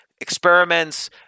experiments